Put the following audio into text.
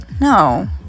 no